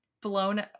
blown